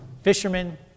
fishermen